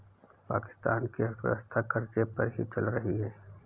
पाकिस्तान की अर्थव्यवस्था कर्ज़े पर ही चल रही है